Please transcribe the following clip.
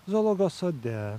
zoologijos sode